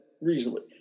reasonably